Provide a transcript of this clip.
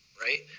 right